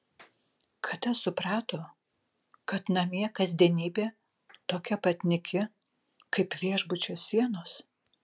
kada suprato kad namie kasdienybė tokia pat nyki kaip viešbučių sienos